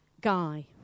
guy